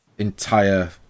entire